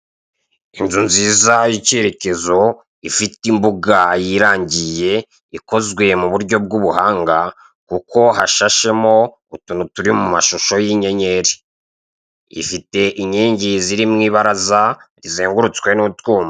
Inzu nziza y'ikerekezo ifite imbuga yirangiye ikozwe mu buryo bw'ubuhanga kuko hashashemo utuntu turi mu mashusho y'inyenyeri. Ifite inkingi ziri mu ibaraza zizengurutswe n'utwuma.